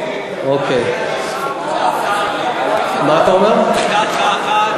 חבר הכנסת שמולי,